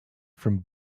from